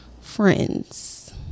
friends